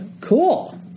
cool